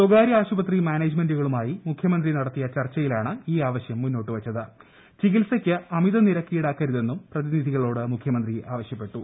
സ്പകാര്യ ആശുപത്രി മാനേജുമെന്റുകളുമായി മുഖ്യമന്ത്രി നടത്തിയ ചർച്ചയിലാണ് ഈ ആവശ്യം മുന്നോട്ട് വെച്ചിത് ചികിത്സയ്ക്ക് അമിത നിരക്ക് ഈടാക്കരുതെന്നും പ്രതിനിധികളോട് മുഖ്യമന്ത്രി ആവശ്യപ്പെട്ടു